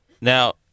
Now